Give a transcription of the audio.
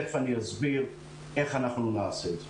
תכף אני אסביר איך נעשה את זה.